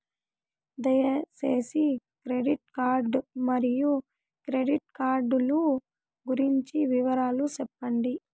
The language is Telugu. దయసేసి క్రెడిట్ కార్డు మరియు క్రెడిట్ కార్డు లు గురించి వివరాలు సెప్పండి?